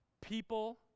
people